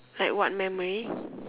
like what memory